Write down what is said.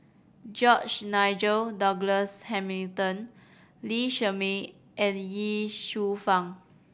George Nigel Douglas Hamilton Lee Shermay and Ye Shufang